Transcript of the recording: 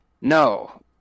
No